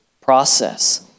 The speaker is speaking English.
process